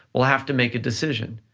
will have to make a decision.